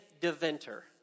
Deventer